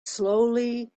slowly